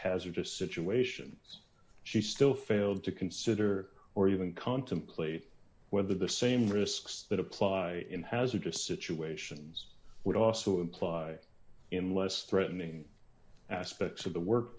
hazardous situations she still failed to consider or even contemplate whether the same risks that apply in hazardous situations would also imply in less threatening aspects of the work